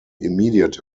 immediate